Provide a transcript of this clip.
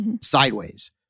sideways